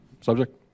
Subject